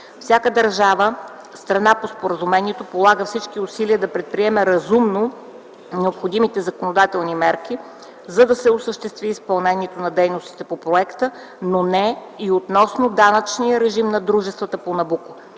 Всяка държава – страна по споразумението полага всички усилия да предприеме разумно необходимите законодателни мерки, за да осъществи изпълнението на дейностите по проекта, но не и относно данъчния режим на дружествата на „Набуко”.